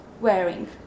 wearing